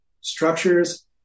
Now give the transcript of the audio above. structures